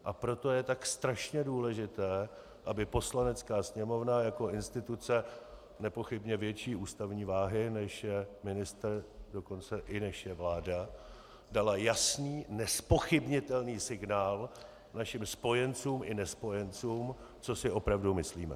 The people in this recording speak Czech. A proto je tak strašně důležité, aby Poslanecká sněmovna jako instituce nepochybně větší ústavní váhy než ministr, dokonce i než je vláda, dala jasný, nezpochybnitelný signál našim spojencům i nespojencům, co si opravdu myslíme.